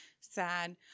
sad